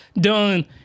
done